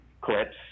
clips